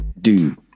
Dude